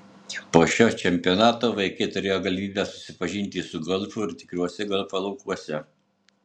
po šio čempionato vaikai turėjo galimybę susipažinti su golfu ir tikruose golfo laukuose